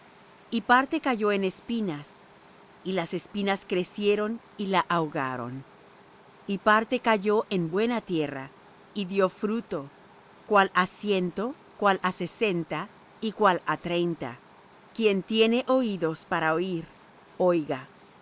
y parte cayó en espinas y las espinas crecieron y la ahogaron y parte cayó en buena tierra y dió fruto cuál a ciento cuál á sesenta y cuál á treinta quien tiene oídos para oir oiga